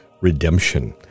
redemption